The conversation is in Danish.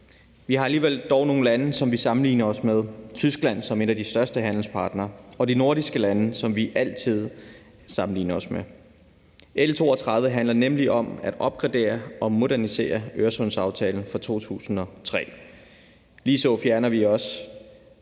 Vi har dog alligevel nogle lande, som vi sammenligner os med, nemlig Tyskland, som er vores største handelspartner, og de nordiske lande, som vi altid sammenligner os med. L 32 handler nemlig om at opgradere og modernisere Øresundsaftalen fra 2003, og Øresundsaftalen